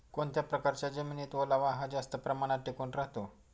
कोणत्या प्रकारच्या जमिनीत ओलावा हा जास्त प्रमाणात टिकून राहतो?